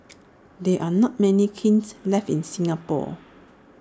there are not many kilns left in Singapore